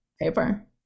paper